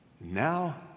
now